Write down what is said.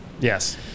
Yes